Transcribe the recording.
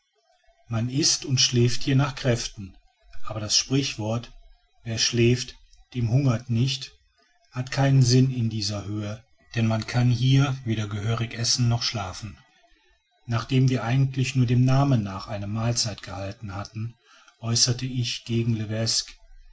man ißt und schläft hier nach kräften aber das sprichwort wer schläft den hungert nicht hat keinen sinn in dieser höhe denn man kann hier weder gehörig essen noch schlafen nachdem wir eigentlich nur dem namen nach eine mahlzeit gehalten hatten äußerte ich gegen